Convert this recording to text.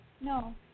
No